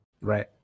Right